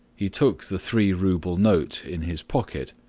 he took the three-rouble note in his pocket,